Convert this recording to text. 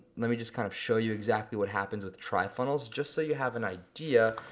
let me just kind of show you exactly what happens with trifunnels just so you have an idea,